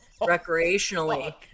Recreationally